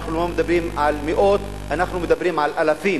אנחנו לא מדברים על מאות, אנחנו מדברים על אלפים.